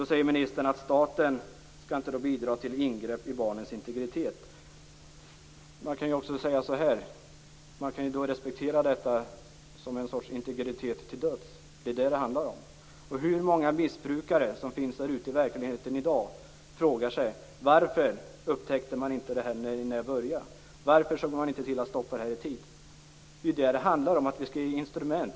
Då säger ministern att staten inte skall bidra till ingrepp i barnens integritet. Man kan också säga så här: Man kan respektera detta så att det blir en sorts integritet till döds. Det är ju vad det handlar om. Många missbrukare som finns ute i verkligheten i dag frågar sig: Varför upptäckte man inte det här när jag började? Varför såg man inte till att stoppa det här i tid? Det är ju vad det handlar om. Vi skall ge instrument.